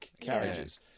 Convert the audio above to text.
carriages